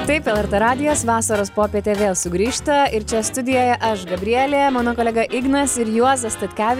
taip lrt radijas vasaros popietę vėl sugrįžta ir čia studijoje aš gabrielė mano kolega ignas ir juozas statkevi